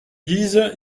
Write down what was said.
guise